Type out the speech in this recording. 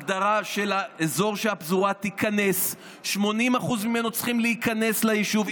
הגדרה של האזור שהפזורה תיכנס: 80% ממנה צריכים להיכנס ליישוב.